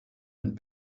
and